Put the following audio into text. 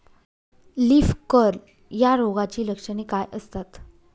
Leaf curl या रोगाची लक्षणे काय असतात?